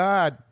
God